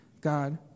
God